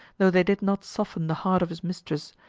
though they did not soften the heart of his mistress,